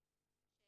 זה